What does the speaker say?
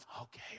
okay